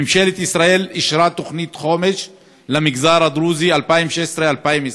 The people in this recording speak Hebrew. ממשלת ישראל אישרה תוכנית חומש למגזר הדרוזי 2016 2020,